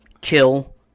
kill